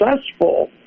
successful